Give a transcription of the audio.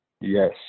Yes